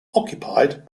occupied